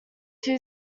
two